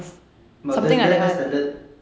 but then th~ that's standard